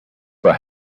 for